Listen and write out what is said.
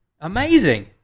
Amazing